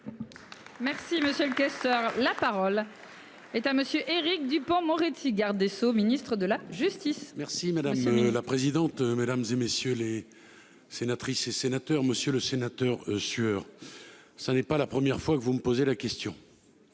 Merci monsieur le Keiser la parole. Est à monsieur Éric Dupond-Moretti Garde des Sceaux, ministre de la justice. Merci madame la présidente, mesdames et messieurs les sénatrices et sénateurs, Monsieur le Sénateur sur. Ça n'est pas la première fois que vous me posez la question.